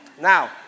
Now